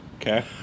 Okay